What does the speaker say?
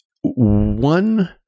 one